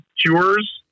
Cure's